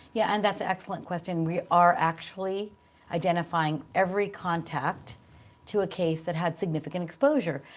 yeah and that's an excellent question. we are actually identifying every contact to a case that had significant exposure.